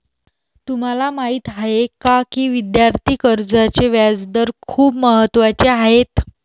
तुम्हाला माहीत आहे का की विद्यार्थी कर्जाचे व्याजदर खूप महत्त्वाचे आहेत?